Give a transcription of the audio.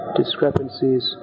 discrepancies